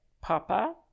Papa